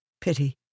pity